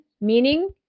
meaning